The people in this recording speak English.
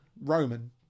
Roman